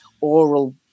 oral